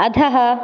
अधः